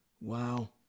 Wow